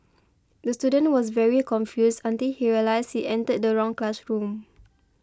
the student was very confused until he realised he entered the wrong classroom